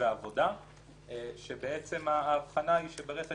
מדובר בעבירות של